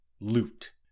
Loot